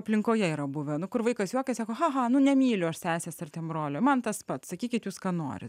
aplinkoje yra buvę nu kur vaikas juokiasi ha ha nu nemyliu aš sesės ar brolio man tas pats sakykit jūs ką norit